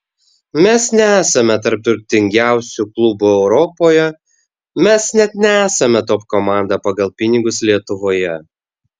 mes nesame tarp turtingiausių klubų europoje mes net nesame top komanda pagal pinigus lietuvoje